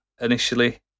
initially